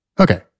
Okay